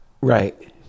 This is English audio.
Right